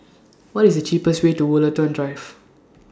What IS The cheapest Way to Woollerton Drive